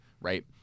right